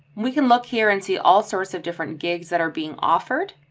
we can look here and see all sorts of different gigs that are being offered.